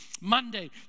Monday